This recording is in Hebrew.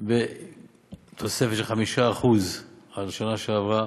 עם תוספת של 5% על תוספת השנה שעברה.